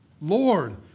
Lord